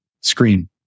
screen